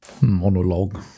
Monologue